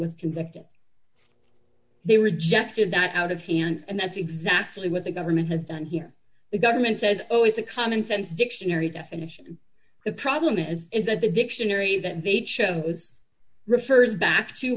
was convicted they rejected that out of hand and that's exactly what the government has done here the government says oh it's a commonsense dictionary definition the problem is is that the dictionary that they chose refers back to